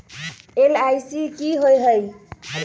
LIC की होअ हई?